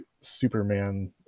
Superman